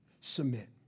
submit